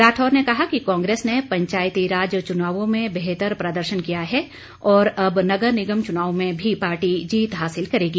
राठौर ने कहा कि कांग्रेस ने पंचायती राज चुनावों में बेहतर प्रदर्शन किया है और अब नगर निगम चुनाव में भी पार्टी जीत हासिल करेगी